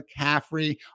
McCaffrey